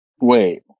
Wait